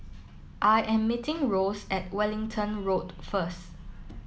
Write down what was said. I am meeting Rose at Wellington Road first